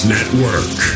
Network